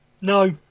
No